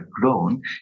grown